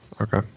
Okay